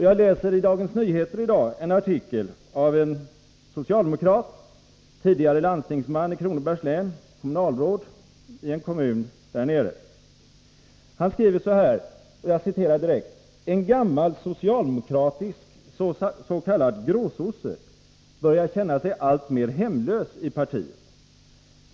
Jag läser i Dagens Nyheter i dag en artikel av en socialdemokrat, tidigare landstingsman i Kronobergs län, kommunalråd i en kommun där nere. Han skriver: ”En gammal socialdemokrat, s k gråsosse, börjar känna sig alltmer hemlös i partiet.